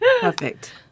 Perfect